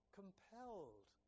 compelled